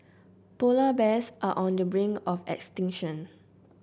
polar bears are on the brink of extinction